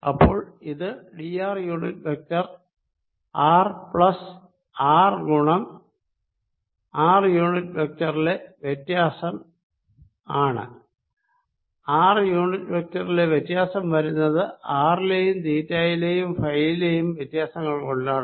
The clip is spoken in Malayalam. അപ്പോൾ ഇത് D R unit vector R plus R ഗുണം ആർ യൂണിറ്റ് വെക്റ്ററിലെ വ്യത്യാസം ആണ് ആർ യൂണിറ്റ് വെക്റ്ററിലെ വ്യത്യാസം വരുന്നത് ആറിലേയും തീറ്റയിലെയും ഫൈ യിലെയും വ്യതാസങ്ങൾ കൊണ്ടാണ്